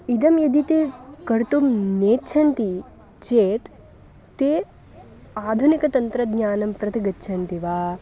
इदं यदि ते कर्तुं नेच्छन्ति चेत् ते आधुनिकतन्त्रज्ञानं प्रति गच्छन्ति वा